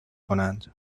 کنند